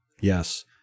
Yes